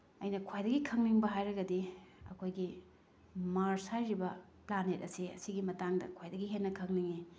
ꯑꯩꯅ ꯈ꯭ꯋꯥꯏꯗꯒꯤ ꯈꯪꯅꯤꯡꯕ ꯍꯥꯏꯔꯒꯗꯤ ꯑꯩꯈꯣꯏꯒꯤ ꯃꯥꯔꯁ ꯍꯥꯏꯔꯤꯕ ꯄ꯭ꯂꯥꯅꯦꯠ ꯑꯁꯦ ꯑꯁꯤꯒꯤ ꯇꯥꯡꯗ ꯈ꯭ꯋꯥꯏꯗꯒꯤ ꯍꯦꯟꯅ ꯈꯪꯅꯤꯡꯏ